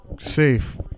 safe